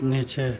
नीचे